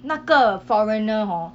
那个 foreigner hor